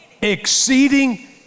exceeding